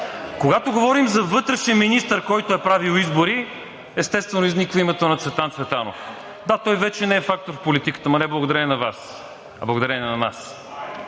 Когато говорим за вътрешен министър, който е правил избори, естествено, изниква името на Цветан Цветанов. Да, той вече не е фактор в политиката, но не благодарение на Вас, а благодарение на нас.